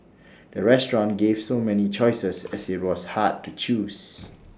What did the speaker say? the restaurant gave so many choices that IT was hard to choose